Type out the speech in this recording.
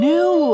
New